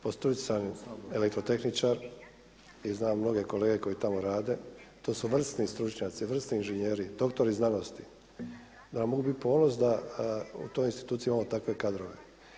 Po struci sam elektrotehničar i znam mnoge kolege koji tamo rade, to su vrsni stručnjaci, vrsni inženjeri, doktori znanosti, da nam mogu biti ponos da u toj instituciji imamo takve kadrove.